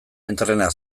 entrena